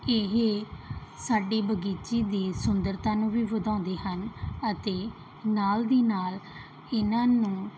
ਇਹ ਸਾਡੀ ਬਗੀਚੀ ਦੀ ਸੁੰਦਰਤਾ ਨੂੰ ਵੀ ਵਧਾਉਂਦੇ ਹਨ ਅਤੇ ਨਾਲ ਦੀ ਨਾਲ ਇਹਨਾਂ ਨੂੰ